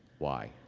why?